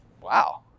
Wow